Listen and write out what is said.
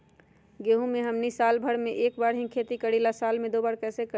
गेंहू के हमनी साल भर मे एक बार ही खेती करीला साल में दो बार कैसे करी?